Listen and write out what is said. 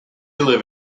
live